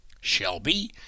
Shelby